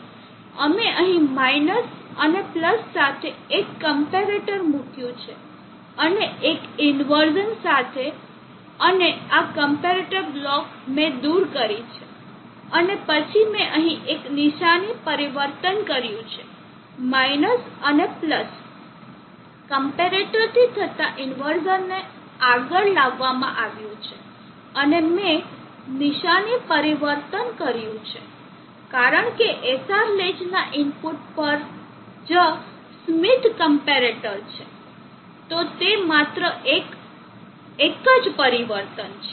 અમે અહીં - અને સાથે એક ક્મ્પેરેટર મૂકયુ છે અને એક ઇનવર્ઝન સાથે અને આ ક્મ્પેરેટર બ્લોક મેં દૂર કરી છે અને પછી મેં અહીં એક નિશાની પરિવર્તન કર્યું છે - અને ક્મ્પેરેટરથી થતા ઇનવર્ઝન ને આગળ લાવવામાં આવ્યું છે અને મેં નિશાની પરિવર્તન કર્યું છે કારણ કે SR લેચના ઇનપુટ પર જ સ્મિથ ક્મ્પેરેટર છે તો તે માત્ર એક જ પરિવર્તન છે